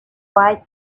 quite